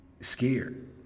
scared